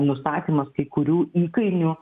nustatymas kai kurių įkainių